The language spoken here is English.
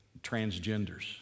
Transgenders